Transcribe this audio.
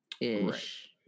ish